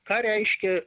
ką reiškia